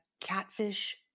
catfish